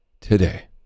today